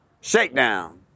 shakedown